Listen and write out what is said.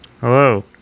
Hello